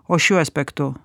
o šiuo aspektu